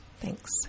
Thanks